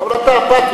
אבל אתה אפאתי.